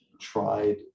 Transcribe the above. tried